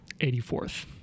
84th